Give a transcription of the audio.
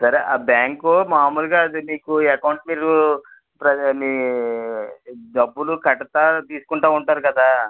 సరే ఆ బ్యాంకు మామూలుగా అది నీకు అకౌంట్ మీరు నీ డబ్బులు కడుతూ తీసుకుంటు ఉంటారు కదా